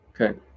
okay